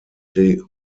die